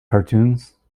cartoons